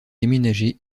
déménager